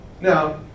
Now